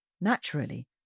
Naturally